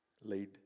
lead